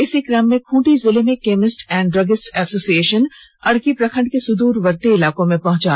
इसी क्रम में खूंटी जिले में chemist and druggist association Arki प्रखंड के सुद्रवर्ती इलाकों में पहुंचा